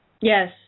Yes